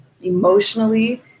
emotionally